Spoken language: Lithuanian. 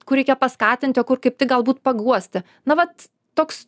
kur reikia paskatinti o kur kaip tik galbūt paguosti na vat toks